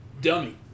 dummy